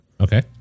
Okay